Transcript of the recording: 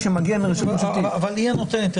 אבל היא הנותנת.